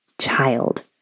child